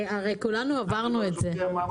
דבר אחד זה פרמטר הקרקע שהוא הגורם המשתנה,